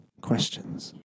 questions